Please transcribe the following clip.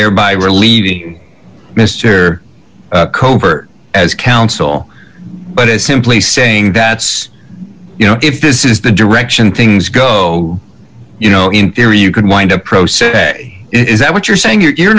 thereby relieving mr covert as counsel but simply saying that you know if this is the direction things go you know in theory you could wind up pro se is that what you're saying you're